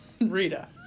Rita